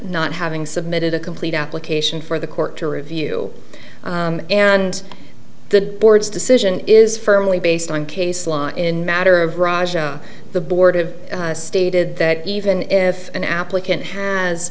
not having submitted a complete application for the court to review and the board's decision is firmly based on case law in matter of raja the board of stated that even if an applicant has